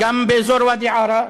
גם באזור ואדי עארה.